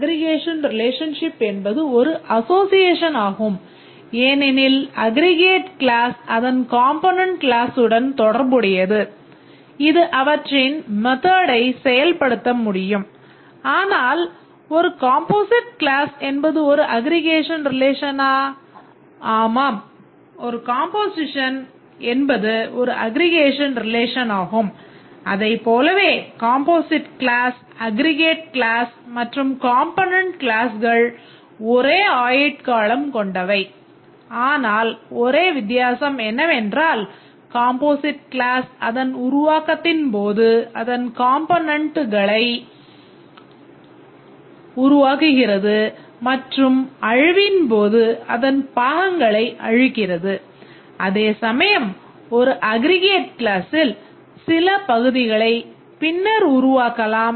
ஆம் aggregation relationship என்பது ஒரு அசோஸியேஷன் ஆகும் ஏனெனில் அக்ரிகேட் க்ளாஸ் நீக்கப்படலாம்